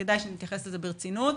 כדאי שנתייחס לזה ברצינות.